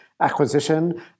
acquisition